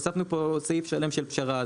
הוספנו פה עוד סעיף שלם של פשרה,